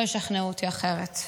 לא ישכנעו אותי אחרת.